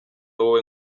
wowe